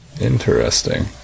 Interesting